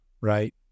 right